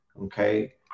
okay